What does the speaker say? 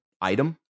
item